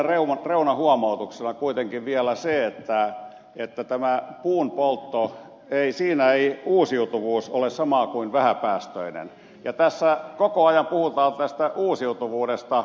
pienenä reunahuomautuksena kuitenkin vielä se että tässä puun poltossa ei uusiutuvuus ole samaa kuin vähäpäästöinen ja tässä koko ajan puhutaan tästä uusiutuvuudesta